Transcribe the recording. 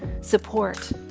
support